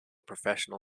professional